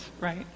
right